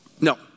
No